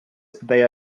they